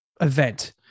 event